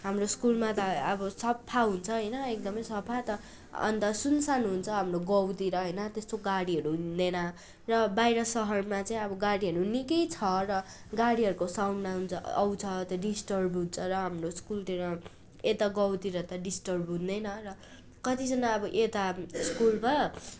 हाम्रो स्कुलमा त अब सफा हुन्छ होइन एकदमै सफा अन्त सुनसान हुन्छ हाम्रो गाउँतिर होइन त्यस्तो गाडीहरू हिँड्दैन र बाहिर सहरमा चाहिँ अब गाडीहरू निकै छ र गाडीहरूको साउन्ड आउँछ आउँछ त्यहाँ डिस्टर्ब हुन्छ र हाम्रो स्कुलतिर यता गाउँतिर त डिस्टर्ब हुँदैन र कतिजना अब यता स्कुलमा